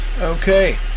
Okay